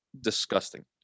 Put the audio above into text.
Disgusting